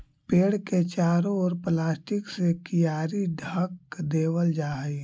पेड़ के चारों ओर प्लास्टिक से कियारी ढँक देवल जा हई